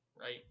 right